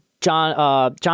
John